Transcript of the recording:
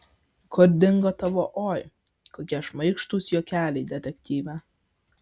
kur dingo tavo oi kokie šmaikštūs juokeliai detektyve